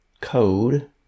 code